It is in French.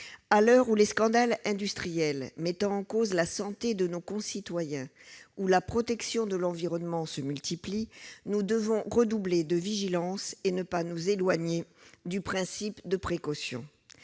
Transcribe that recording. À l'heure où les scandales industriels mettant en cause la santé de nos concitoyens ou la protection de l'environnement se multiplient, nous devons redoubler de vigilance et ne pas nous éloigner du principe de précaution.